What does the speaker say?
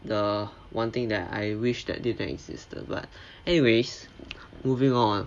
the one thing that I wish that didn't existed but anyways moving on